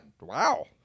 Wow